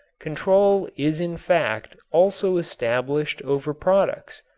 control is in fact also established over products,